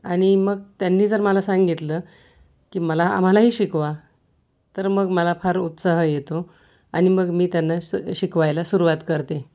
आणि मग त्यांनी जर मला सांगितलं की मला आम्हालाही शिकवा तर मग मला फार उत्साह येतो आणि मग मी त्यांना स शिकवायला सुरुवात करते